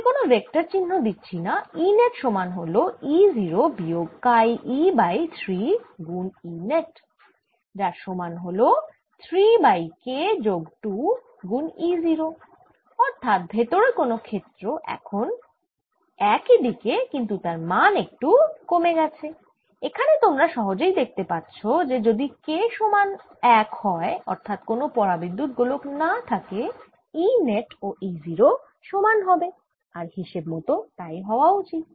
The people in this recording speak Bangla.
আমি কোন ভেক্টর চিহ্ন দিচ্ছি না E নেট সমান হল E 0 বিয়োগ কাই e বাই 3 গুন E নেট যার সমান হল 3 বাই K যোগ 2 গুন E 0 অর্থাৎ ভেতরে ক্ষেত্র এখন একই দিকে কিন্তু তার মান একটু কমে গেছে এখানে তোমরা সহজেই দেখতে পাচ্ছ যে যদি K সমান 1 হয় অর্থাৎ কোন পরাবিদ্যুত গোলক না থাকে E নেট ও E 0 সমান হবে আর হিসেব মত তাই হওয়া উচিত